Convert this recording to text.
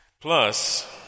Plus